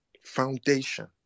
foundation